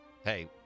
Hey